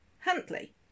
Huntley